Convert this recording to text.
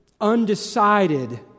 undecided